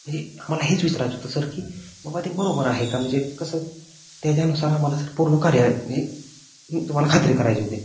म्हणजे आम्हाला हेच विचारायचं होतं सर की बाबा ते बरोबर आहे का म्हणजे कसं त्याच्यानुसार आम्हाला सर पूर्ण कार्य आहे म्हणजे मी तुम्हाला खात्री करायची होती